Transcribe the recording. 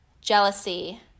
jealousy